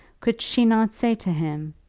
could she not say to him,